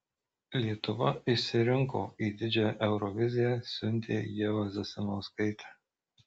lietuva išsirinko į didžiąją euroviziją siuntė ievą zasimauskaitę